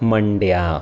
Mandya